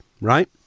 right